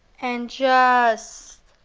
and just